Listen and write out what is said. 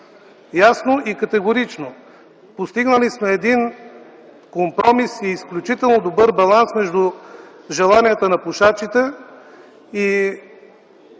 Ясно и категорично! Постигнали сме един компромис и изключително добър баланс между желанието на пушачите и